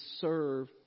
serve